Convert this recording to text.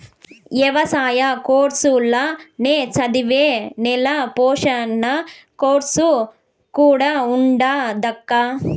ఎవసాయ కోర్సుల్ల నే చదివే నేల పోషణ కోర్సు కూడా ఉండాదక్కా